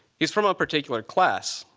he's from a particular class.